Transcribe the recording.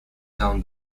down